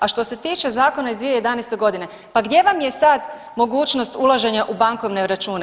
A što se tiče Zakona iz 2011. godine, pa gdje vam je sada mogućnost ulaženja u bankovne račune?